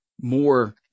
more